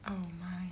oh my